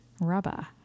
Rubber